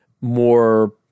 more